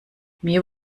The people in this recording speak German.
mir